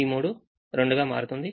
ఈ 3 2 గా మారుతుంది